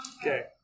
Okay